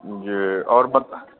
जी आओर बत